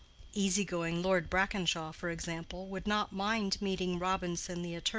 easy-going lord brackenshaw, for example, would not mind meeting robinson the attorney,